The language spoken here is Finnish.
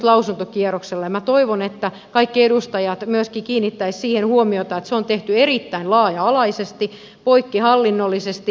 minä toivon että kaikki edustajat kiinnittäisivät myöskin siihen huomiota että se on tehty erittäin laaja alaisesti poikkihallinnollisesti